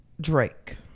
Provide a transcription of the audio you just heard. Drake